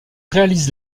réalise